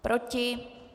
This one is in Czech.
Proti?